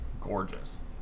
gorgeous